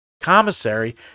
commissary